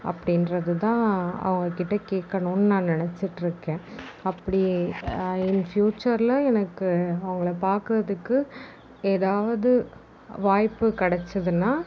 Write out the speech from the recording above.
அப்படின்றதுதான் அவங்க கிட்டே கேட்கணும்ன்னு நான் நினச்சிட்ருக்கேன் அப்படியே இன் ஃபியூச்சரில் எனக்கு அவங்கள பார்க்குறதுக்கு ஏதாவது வாய்ப்பு கிடைச்சிதுன்னா